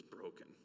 broken